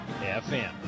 fm